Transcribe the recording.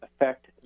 affect